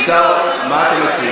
עיסאווי, מה אתם מציעים?